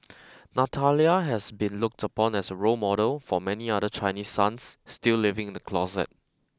Natalia has been looked upon as a role model for many other Chinese sons still living in the closet